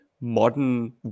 modern